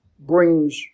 Brings